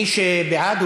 מי שבעד,